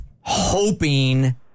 hoping